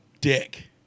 dick